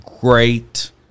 great